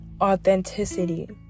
authenticity